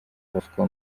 bosco